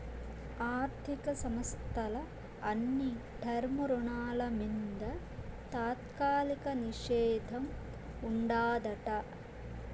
ఆర్థిక సంస్థల అన్ని టర్మ్ రుణాల మింద తాత్కాలిక నిషేధం ఉండాదట